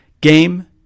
Game